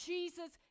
Jesus